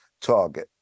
target